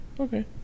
Okay